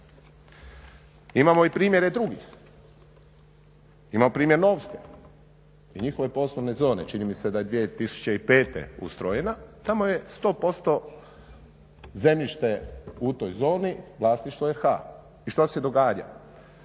Imamo i primjere drugih. Imamo primjer Novske i njihove poslovne zone, čini mi se da je 2005.ustojena tamo je 100% zemljište u toj zoni vlasništvo RH. I što se događa?